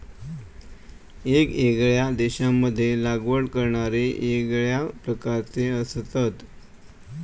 येगयेगळ्या देशांमध्ये लागवड करणारे येगळ्या प्रकारचे असतत